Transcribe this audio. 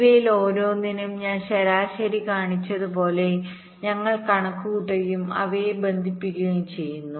ഇവയിൽ ഓരോന്നിനും ഞാൻ ശരാശരി കാണിച്ചതുപോലെ ഞങ്ങൾ കണക്കുകൂട്ടുകയും അവയെ ബന്ധിപ്പിക്കുകയും ചെയ്യുന്നു